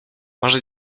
może